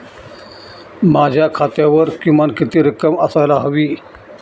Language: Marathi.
माझ्या खात्यावर किमान किती रक्कम असायला हवी?